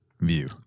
view